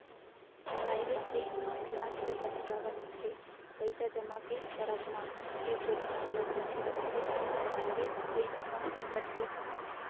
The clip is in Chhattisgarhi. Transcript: पराइवेट बेंक म बियाज तो बने जादा मिलथे पइसा जमा के करब म फेर जोखिम घलोक बने रहिथे, पराइवेट बेंक म बिकट के